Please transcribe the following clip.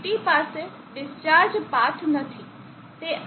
CT પાસે discharge path નથી